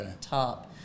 top